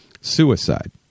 suicide